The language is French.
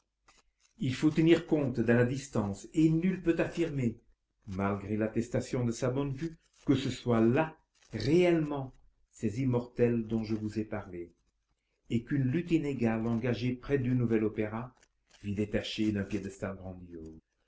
il faut tenir compte de la distance et nul ne peut affirmer malgré l'attestation de sa bonne vue que ce soient là réellement ces immortelles dont je vous ai parlé et qu'une lutte inégale engagée près du nouvel opéra vit détacher d'un piédestal grandiose